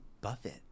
Buffett